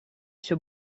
все